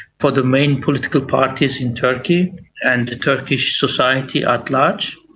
for the main political parties in turkey and turkish society at large,